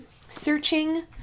Searching